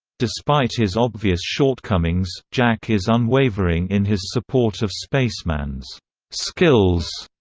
despite his obvious shortcomings, jack is unwavering in his support of spaceman's skills.